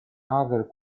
other